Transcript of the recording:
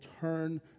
turn